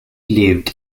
lived